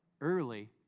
Early